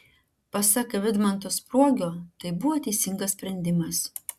pasak vidmanto spruogio tai buvo teisingas sprendimas